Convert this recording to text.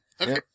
okay